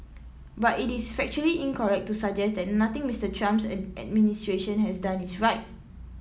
but it is factually incorrect to suggest that nothing Mr Trump's administration has done is right